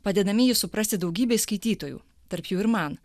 padėdami jį suprasti daugybei skaitytojų tarp jų ir man